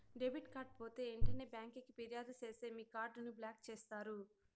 debit card పోతే ఎంటనే బ్యాంకికి ఫిర్యాదు సేస్తే మీ కార్డుని బ్లాక్ చేస్తారు